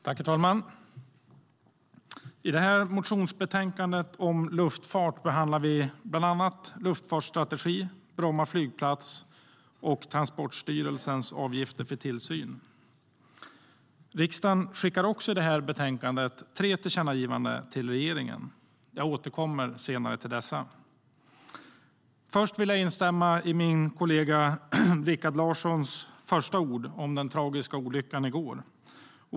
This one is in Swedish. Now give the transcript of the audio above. Herr talman! I det här motionsbetänkandet om luftfart behandlar vi bland annat luftfartsstrategi, Bromma flygplats och transportstyrelsens avgifter för tillsyn. Jag instämmer i min kollega Rikard Larssons första ord om den tragiska olyckan i går.